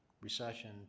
recession